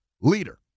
leader